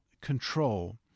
control